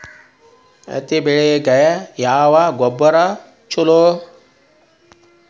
ಹತ್ತಿ ಬೆಳಿಗ ಯಾವ ಗೊಬ್ಬರ ಛಲೋ?